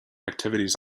activities